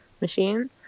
machine